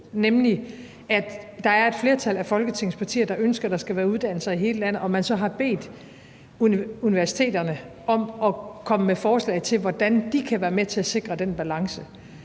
der er et flertal af Folketingets partier, der ønsker, at der skal være uddannelser i hele landet. Og man har så bedt universiteterne om at komme med forslag til, hvordan de kan være med til at sikre den balance.